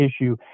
issue